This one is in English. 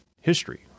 history